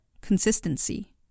Consistency